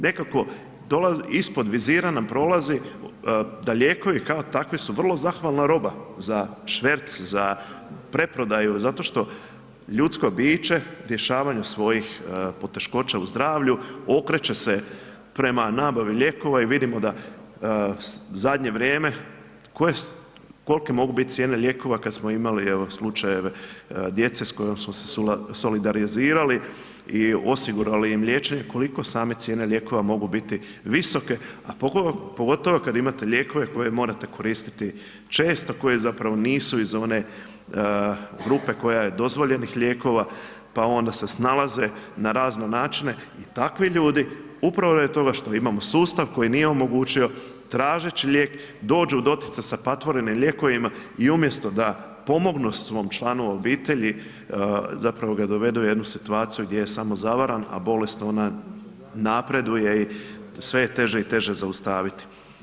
Nekako, ispod vizira nam prolazi da lijekovi kao takvi su vrlo zahvalna roba za šverc, za preprodaju zato što ljudsko biće rješavanjem svojih poteškoća u zdravlju okreće se prema nabavi lijekova i vidimo da zadnje vrijeme, kolke mogu bit cijene lijekova kad smo imali, evo slučajeve djece s kojom smo se solidarizirali i osigurali im liječenje, koliko same cijene lijekova mogu biti visoke, a pogotovo kad imate lijekove koje morate koristiti često, koje zapravo nisu iz one grupe koja je dozvoljenih lijekova, pa onda se snalaze na razne načine i takvi ljudi upravo radi toga što imamo sustav koji nije omogućio tražeći lijek dođu u doticaj sa patvorenim lijekovima i umjesto da pomognu svom članu obitelji, zapravo ga dovedu u jednu situaciju gdje je samo zavaran, a bolest ona napreduje i sve je teže i teže zaustaviti.